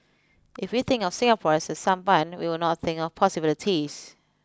if we think of Singapore as a sampan we will not think of possibilities